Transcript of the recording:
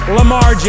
Lamar